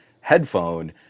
headphone